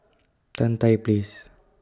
Tan Tye Place